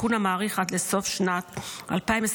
תיקון המאריך עד לסוף שנת 2025